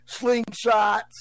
slingshots